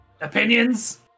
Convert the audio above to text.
Opinions